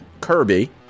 Kirby